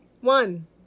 One